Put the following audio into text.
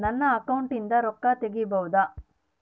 ನನ್ನ ಅಕೌಂಟಿಂದ ರೊಕ್ಕ ತಗಿಬಹುದಾ?